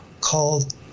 called